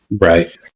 Right